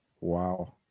Wow